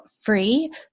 free